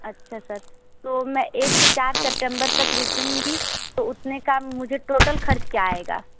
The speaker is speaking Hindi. अच्छा सर तो मैं एक से चार सप्टेम्बर तक रुकूँगी तो उतने का मुझे टोटल ख़र्च क्या आएगा